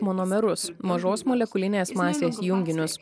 monomerus mažos molekulinės masės junginius